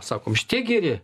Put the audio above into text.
sako šitie geri